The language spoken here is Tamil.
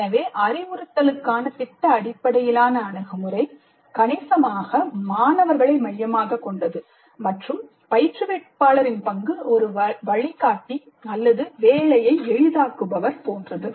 எனவே அறிவுறுத்தலுக்கான திட்ட அடிப்படையிலான அணுகுமுறை கணிசமாக மாணவர்களை மையமாகக் கொண்டது மற்றும் பயிற்றுவிப்பாளரின் பங்கு ஒரு வழிகாட்டி அல்லது வேலையை எளிதாக்குபவர் போன்றது